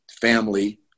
family